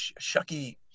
Shucky